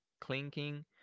clinking